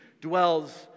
dwells